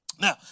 Now